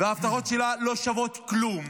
וההבטחות שלה לא שוות כלום.